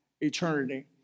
Eternity